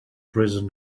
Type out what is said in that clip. prison